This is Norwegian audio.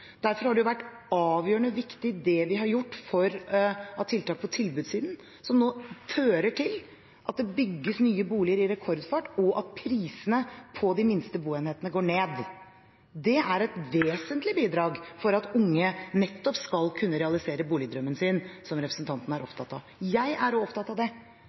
Derfor har de tiltakene vi har gjort på tilbudssiden, vært avgjørende viktig, og som nå fører til at det bygges nye boliger i rekordfart, og at prisene på de minste boenhetene går ned. Det er et vesentlig bidrag for at unge nettopp skal kunne realisere boligdrømmen sin, som representanten er opptatt av. Jeg er også opptatt av det,